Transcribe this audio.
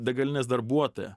degalinės darbuotoją